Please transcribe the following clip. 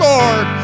Lord